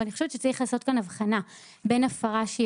אבל אני חושבת שצריך לעשות כאן הבחנה בין הפרה שהיא